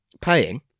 paying